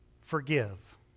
forgive